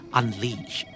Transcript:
unleash